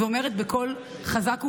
ואומרת בקול חזק וברור: